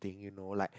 thing you know like